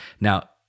Now